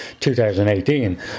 2018